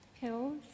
Pills